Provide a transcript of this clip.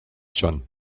schon